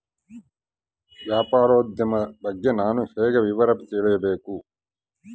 ವ್ಯಾಪಾರೋದ್ಯಮ ಬಗ್ಗೆ ನಾನು ಹೇಗೆ ವಿವರ ತಿಳಿಯಬೇಕು?